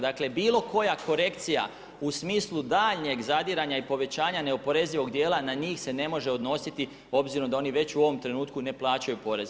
Dakle, bilo koja korekcija u smislu daljnjeg zadiranja i povećanja neoporezivog dijela na njih se ne može odnositi obzirom da oni već u ovom trenutku ne plaćaju porez.